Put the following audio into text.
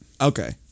Okay